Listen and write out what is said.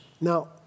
Now